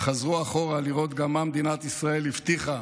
חזרו אחורה לראות גם מה מדינת ישראל הבטיחה